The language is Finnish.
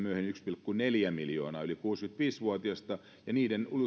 pilkku neljä miljoonaa yli kuusikymmentäviisi vuotiasta ja niiden